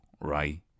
right